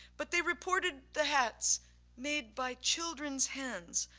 but they reported the hats made by children's hands,